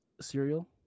cereal